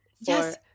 yes